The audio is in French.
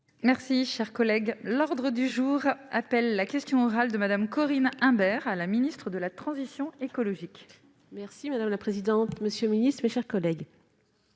Merci, cher collègue, l'ordre du jour appelle la question orale de Madame Corinne Imbert à la ministre de la transition écologique. Merci madame la présidente, monsieur le Ministre, mes chers collègues,